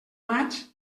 maig